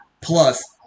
plus